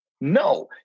No